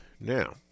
now